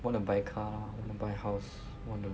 want to buy car buy house want to